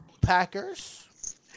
Packers